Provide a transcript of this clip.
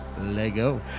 lego